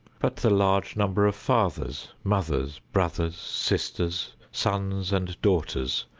but the large number of fathers, mothers, brothers, sisters, sons and daughters,